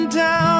down